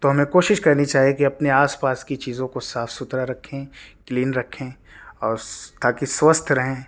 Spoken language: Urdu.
تو ہمیں کوشش کرنی چاہیے کہ اپنے آس پاس کی چیزوں کو صاف ستھرا رکھیں کلین رکھیں اور تاکہ سوستھ رہیں